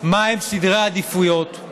מהם סדרי העדיפויות,